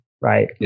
right